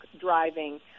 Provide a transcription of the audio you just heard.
driving